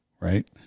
right